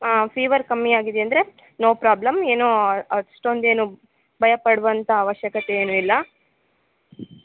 ಹಾಂ ಫೀವರ್ ಕಮ್ಮಿ ಆಗಿದೆ ಅಂದರೆ ನೋ ಪ್ರಾಬ್ಲಮ್ ಏನೋ ಅಷ್ಟೊಂದೇನೂ ಭಯ ಪಡುವಂಥ ಅವಶ್ಯಕತೆ ಏನು ಇಲ್ಲ